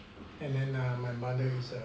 and then err my mother is a